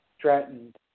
threatened